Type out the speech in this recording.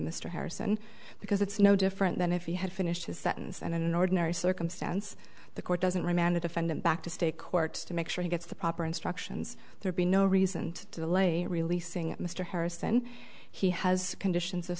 mr harrison because it's no different than if he had finished his sentence and in an ordinary circumstance the court doesn't remand a defendant back to state court to make sure he gets the proper instructions there be no reason to delay releasing mr harrison he has conditions of